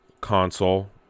console